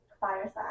fireside